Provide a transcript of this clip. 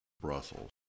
Brussels